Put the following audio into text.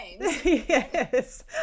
yes